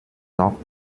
noch